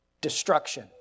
Destruction